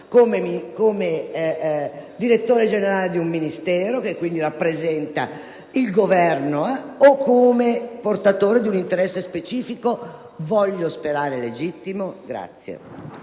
Come direttore generale di un Ministero e, quindi, come rappresentante del Governo o come portatore di un interesse specifico, che voglio sperare legittimo? **Sulla